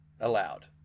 allowed